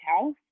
house